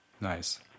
Nice